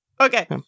Okay